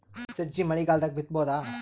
ಸಜ್ಜಿ ಮಳಿಗಾಲ್ ದಾಗ್ ಬಿತಬೋದ?